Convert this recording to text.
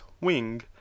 wing